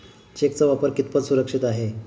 चेकचा वापर कितपत सुरक्षित आहे?